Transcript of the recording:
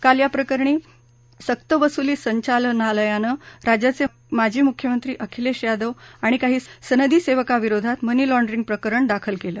काल या प्रकरणी सरकवसुली संचालनालयानं राज्याचे माजी मुख्यमंत्री अखिलेश यादव आणि काही सनदी सेवकांविरोधात मनी लॉंडरिंग प्रकरण दाखल केलं